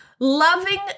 Loving